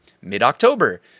mid-October